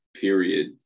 period